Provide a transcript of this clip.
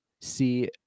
see